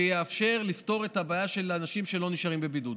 שיאפשר לפתור את הבעיה של אנשים שלא נשארים בבידוד.